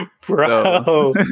bro